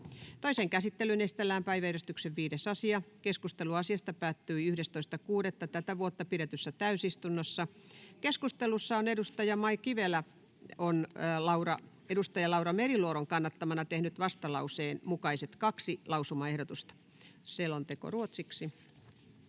Toiseen käsittelyyn esitellään päiväjärjestyksen 5. asia. Keskustelu asiasta päättyi 11.6.2024 pidetyssä täysistunnossa. Keskustelussa on edustaja Mai Kivelä edustaja Laura Meriluodon kannattamana tehnyt vastalauseen mukaiset kaksi lausumaehdotusta. — Selonteko ruotsiksi.